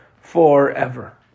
forever